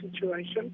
situation